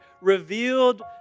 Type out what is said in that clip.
revealed